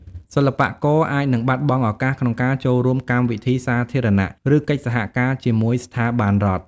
សិល្បករអាចនឹងបាត់បង់ឱកាសក្នុងការចូលរួមកម្មវិធីសាធារណៈ ឬកិច្ចសហការជាមួយស្ថាប័នរដ្ឋ។